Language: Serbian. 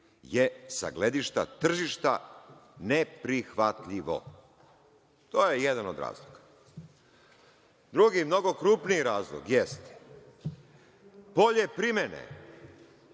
je sa gledišta tržišta neprihvatljivo. To je jedan od razloga. Drugi mnogo krupniji razlog jeste polje primene